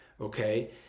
okay